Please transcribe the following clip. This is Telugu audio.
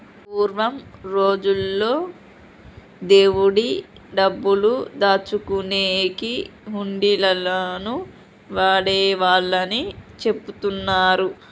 పూర్వం రోజుల్లో దేవుడి డబ్బులు దాచుకునేకి హుండీలను వాడేవాళ్ళని చెబుతున్నరు